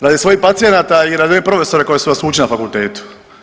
Radi svojih pacijenata i radi ovih profesora koji su vas učili na fakultetu.